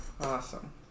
Awesome